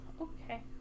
Okay